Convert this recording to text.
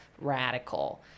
radical